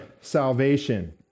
salvation